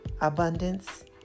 abundance